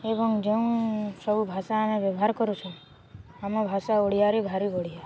ଏବଂ ଯେଉଁ ସବୁ ଭାଷା ଆମେ ବ୍ୟବହାର କରୁଛୁଁ ଆମ ଭାଷା ଓଡ଼ିଆରେ ଭାରି ବଢ଼ିଆ